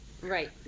Right